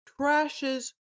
trashes